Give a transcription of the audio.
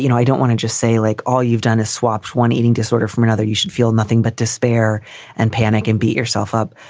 you know i don't want to just say, like all you've done is swaps, one eating disorder from another. you should feel nothing but despair and panic and beat yourself up.